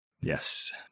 Yes